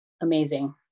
amazing